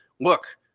look